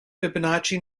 fibonacci